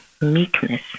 meekness